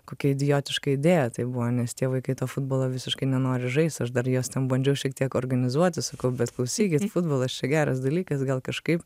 kokia idiotiška idėja tai buvo nes tie vaikai to futbolo visiškai nenori žaist aš dar juos ten bandžiau šiek tiek organizuoti sakau bet klausykit futbolas čia geras dalykas gal kažkaip